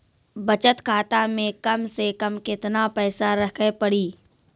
बचत खाता मे कम से कम केतना पैसा रखे पड़ी?